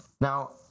now